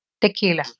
Tequila